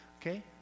Okay